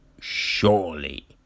Surely